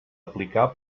aplicar